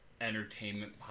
Entertainment